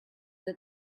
that